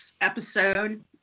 episode